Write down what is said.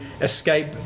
escape